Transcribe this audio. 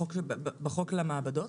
בחוק למעבדות?